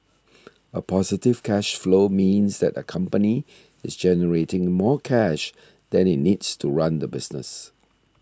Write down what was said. a positive cash flow means that a company is generating more cash than it needs to run the business